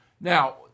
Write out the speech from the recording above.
Now